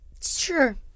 Sure